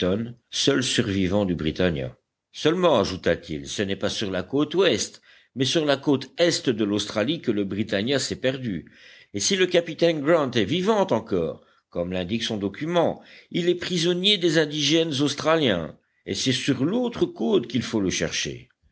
seul survivant du britannia seulement ajouta-t-il ce n'est pas sur la côte ouest mais sur la côte est de l'australie que le britannia s'est perdu et si le capitaine grant est vivant encore comme l'indique son document il est prisonnier des indigènes australiens et c'est sur l'autre côte qu'il faut le chercher